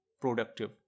productive